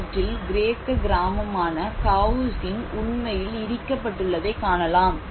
அவற்றில் கிரேக்க கிராமமான காவுசின் உண்மையில் இடிக்கப்பட்டுள்ளதை காணலாம்